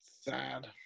Sad